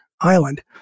Island